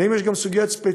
ואם יש גם סוגיות ספציפיות,